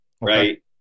right